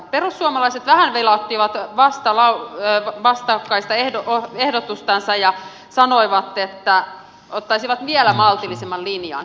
perussuomalaiset vähän vilauttivat vastakkaista ehdotustansa ja sanoivat että ottaisivat vielä maltillisemman linjan